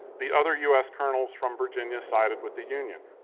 the other u s. colonels from virginia sided with the union.